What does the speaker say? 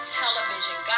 television